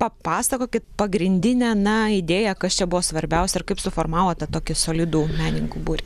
papasakokit pagrindinę na idėją kas čia buvo svarbiausia ir kaip suformavot tą tokį solidų menininkų būrį